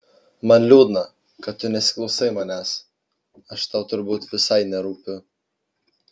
man liūdna kad tu nesiklausai manęs aš tau turbūt visai nerūpiu